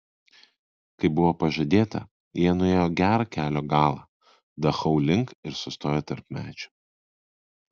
kaip buvo pažadėta jie nuėjo gerą kelio galą dachau link ir sustojo tarp medžių